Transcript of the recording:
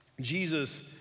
Jesus